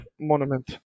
monument